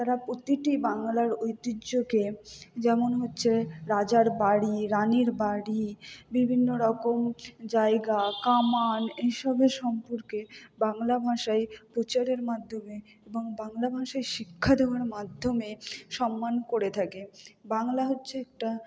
তারা প্রতিটি বাংলার ঐতিহ্যকে যেমন হচ্ছে রাজার বাড়ি রানির বাড়ি বিভিন্ন রকম জায়গা কামান এই সবের সম্পর্কে বাংলা ভাষায় প্রচারের মাধ্যমে এবং বাংলা ভাষায় শিক্ষা দেওয়ার মাধ্যমে সম্মান করে থাকে বাংলা হচ্ছে একটা